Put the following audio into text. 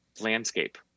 landscape